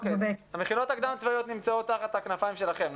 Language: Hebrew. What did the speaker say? המכינות הקדם-צבאיות נמצאות תחת הכנפיים שלכם,